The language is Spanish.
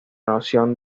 noción